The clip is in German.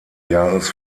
jahres